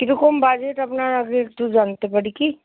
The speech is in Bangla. কীরকম বাজেট আপনার আগে একটু জানতে পারি কি